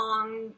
on